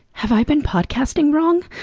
have i been podcasting wrong?